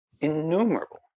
Innumerable